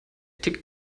tickt